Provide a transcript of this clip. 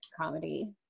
comedy